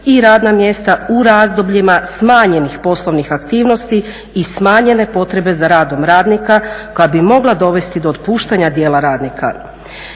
i radna mjesta u razdobljima smanjenih poslovnih aktivnosti i smanjene potrebe za radom radnika koja bi mogla dovesti do otpuštanja dijela radnika.